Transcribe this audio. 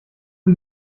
die